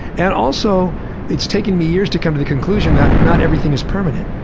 and also it's taken me years to come to the conclusion that not everything is permanent,